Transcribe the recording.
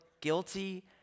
guilty